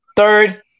third